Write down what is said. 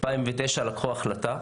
נלקחה החלטה